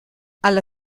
alla